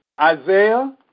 Isaiah